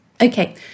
Okay